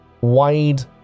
wide